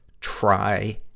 try